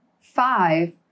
Five